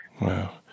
Wow